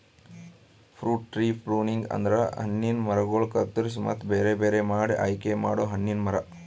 fruit tree pruning ಅಂದುರ್ ಹಣ್ಣಿನ ಮರಗೊಳ್ ಕತ್ತುರಸಿ ಮತ್ತ ಬೇರೆ ಬೇರೆ ಮಾಡಿ ಆಯಿಕೆ ಮಾಡೊ ಹಣ್ಣಿನ ಮರ